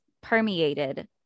permeated